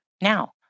Now